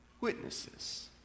witnesses